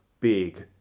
big